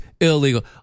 illegal